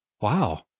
Wow